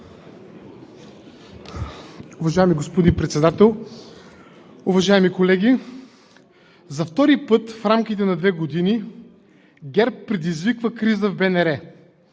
Уважаеми господин Председател, уважаеми колеги! За втори път в рамките на две години ГЕРБ предизвиква криза в БНР.